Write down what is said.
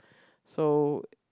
so